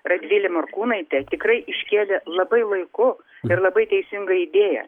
radvilė morkūnaitė tikrai iškėlė labai laiku ir labai teisingą idėją